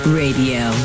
radio